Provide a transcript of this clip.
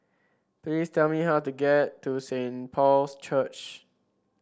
please tell me how to get to Saint Paul's Church